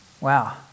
Wow